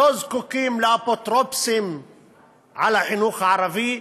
לא זקוקים לאפוטרופוסים על החינוך הערבי,